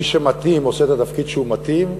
מי שמתאים עושה את התפקיד שהוא מתאים,